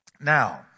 Now